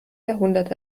jahrhundert